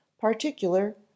particular